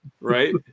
right